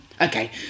okay